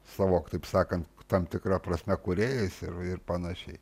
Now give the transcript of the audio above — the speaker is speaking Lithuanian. savo taip sakant tam tikra prasme kūrėjais ir ir panašiai